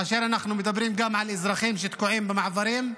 כאשר אנחנו מדברים גם על אזרחים שתקועים במעברים.